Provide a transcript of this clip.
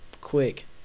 quick